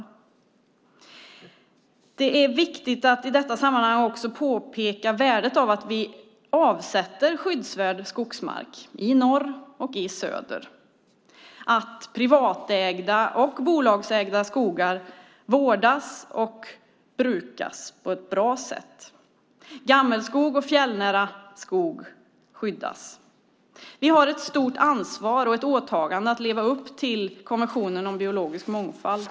I detta sammanhang är det viktigt att påpeka värdet av att vi avsätter skyddsvärd skogsmark i norr och söder, att privatägda och bolagsägda skogar vårdas och brukas på ett bra sätt och att gammelskog och fjällnära skog skyddas. Vi har ett stort ansvar och ett åtagande att leva upp till konventionen om biologisk mångfald.